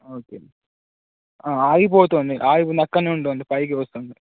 okay ఆగిపోతుంది ఆగి పక్కనే ఉండి ఉండి పైకి వస్తుంది